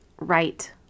right